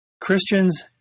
Christians